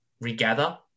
regather